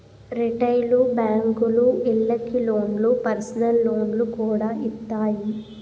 retail బేంకులు ఇళ్ళకి లోన్లు, పర్సనల్ లోన్లు కూడా ఇత్తాయి